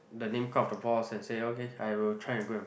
the name card of the boss and say okay I will try and go and